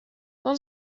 dan